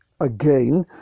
again